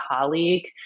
colleague